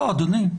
אדוני.